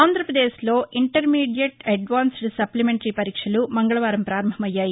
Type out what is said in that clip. ఆంధ్రప్రదేశ్లో intermediate advanced supplementary పరీక్షలు మంగళవారం ప్రారంభం అయ్యాయి